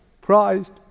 prized